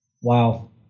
Wow